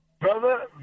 Brother